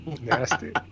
nasty